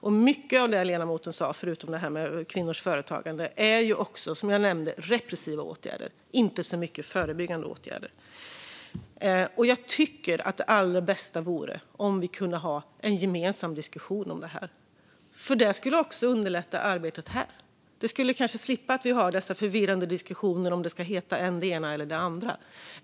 Dessutom handlar det som ledamoten nämnde, förutom det här med kvinnors företagande, mycket om repressiva åtgärder. Jag tog även upp detta i mitt huvudanförande. Det är inte så mycket förebyggande åtgärder. Jag tycker att det allra bästa vore om vi kunde ha en gemensam diskussion om detta. Det skulle också underlätta arbetet här. På så sätt skulle vi kanske slippa dessa förvirrande diskussioner om att det ska heta det ena eller det andra.